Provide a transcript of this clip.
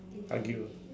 argue